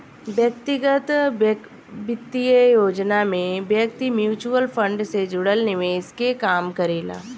व्यक्तिगत वित्तीय योजनाओं में व्यक्ति म्यूचुअल फंड से जुड़ल निवेश के काम करेला